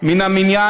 מן המניין,